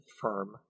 firm